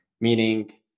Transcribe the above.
meaning